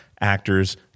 actors